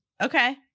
okay